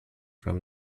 from